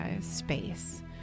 space